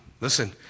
Listen